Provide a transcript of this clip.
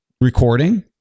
recording